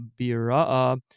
Bira'a